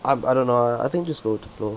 I I don't know I think just go with the flow